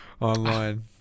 online